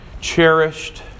cherished